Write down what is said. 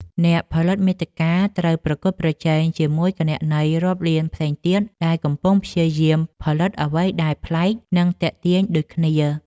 អ្នកផលិតមាតិកាត្រូវប្រកួតប្រជែងជាមួយគណនីរាប់លានផ្សេងទៀត ដែលកំពុងព្យាយាមផលិតអ្វីដែលប្លែក និងទាក់ទាញដូចគ្នា។